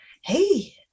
hey